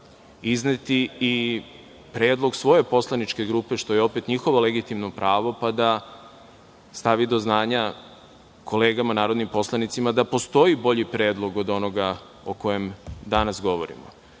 izneti i predlog svoje poslaničke grupe, što je opet njihovo legitimno pravo, pa da stavi do znanja kolegama narodnim poslanicima da postoji bolji predlog od onoga o kojem danas govorimo. Onog